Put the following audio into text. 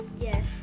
yes